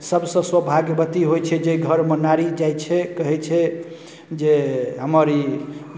सभसँ सौभाग्यवती होइ छै जाहि घरमे नारी जाइ छै कहै छै जे हमर ई